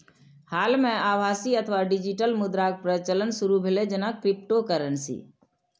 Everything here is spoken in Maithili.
हाल मे आभासी अथवा डिजिटल मुद्राक प्रचलन शुरू भेलै, जेना क्रिप्टोकरेंसी